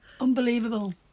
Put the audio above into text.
Unbelievable